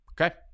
Okay